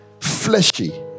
fleshy